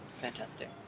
Fantastic